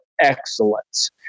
excellence